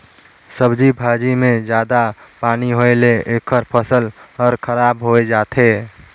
सब्जी भाजी मे जादा पानी होए ले एखर फसल हर खराब होए जाथे